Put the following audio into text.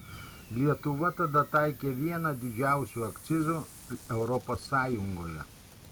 lietuva tada taikė vieną didžiausių akcizų europos sąjungoje